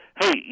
hey